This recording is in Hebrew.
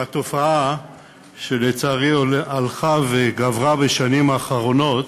תופעה שלצערי הלכה וגברה בשנים האחרונות,